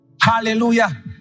Hallelujah